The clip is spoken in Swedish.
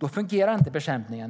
som bekämpningen inte fungerar.